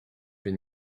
been